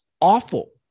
awful